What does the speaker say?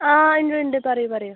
ആ ഉണ്ട് ഉണ്ട് പറയൂ പറയൂ